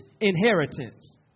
inheritance